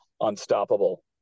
unstoppable